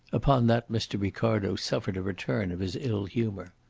upon that mr. ricardo suffered a return of his ill-humour.